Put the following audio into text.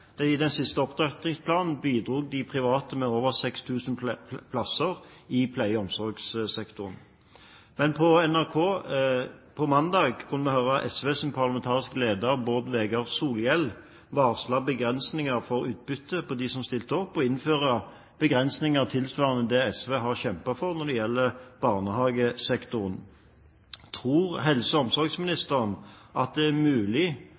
I den siste opptrappingsplanen bidro de private med over 6 000 plasser i pleie- og omsorgssektoren. Men på NRK på mandag kunne vi høre SVs parlamentariske leder, Bård Vegar Solhjell, varsle begrensninger i utbytte for dem som stilte opp, og begrensninger tilsvarende det SV har kjempet for når det gjelder barnehagesektoren. Tror helse- og omsorgsministeren at det er mulig